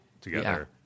together